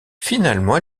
finalement